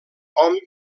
hom